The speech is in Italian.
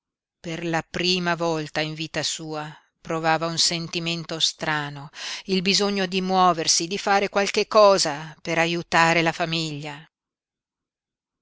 per la prima volta in vita sua provava un sentimento strano il bisogno di muoversi di fare qualche cosa per aiutare la famiglia